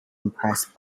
impressed